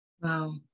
Wow